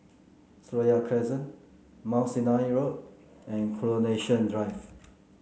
Seraya Crescent Mount Sinai Road and Coronation Drive